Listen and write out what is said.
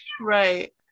Right